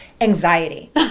Anxiety